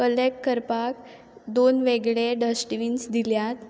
कलेट करपाक दोन वेगडें डस्टबीन्स दिल्यात